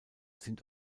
sind